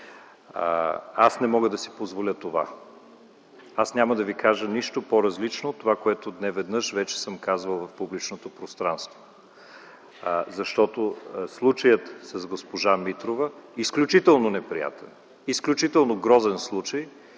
Аз не мога да си позволя това. Няма да Ви кажа нищо, по-различно от това, което неведнъж вече съм казвал в публичното пространство. Случаят с госпожа Митрова – изключително неприятен, изключително грозен случай